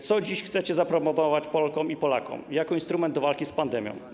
Co dziś chcecie zaproponować Polkom i Polakom jako instrument do walki z pandemią?